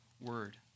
word